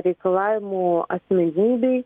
reikalavimų asmenybei